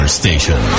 station